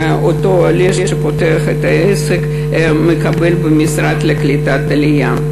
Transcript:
עולה שפותח את העסק מקבל גם מענק ליחסי ציבור במשרד לקליטת העלייה.